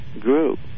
group